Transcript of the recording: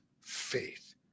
faith